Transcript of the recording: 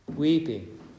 Weeping